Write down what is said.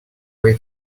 way